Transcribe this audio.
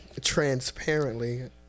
transparently